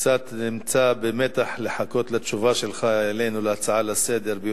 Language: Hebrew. קצת במתח כשאני מחכה לתשובה שלך אלינו על ההצעה לסדר-היום,